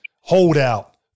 holdout